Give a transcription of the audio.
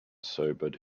sobered